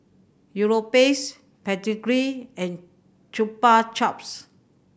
Europace Pedigree and Chupa Chups